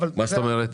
מה זאת אומרת?